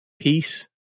peace